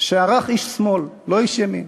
שערך איש שמאל, לא איש ימין,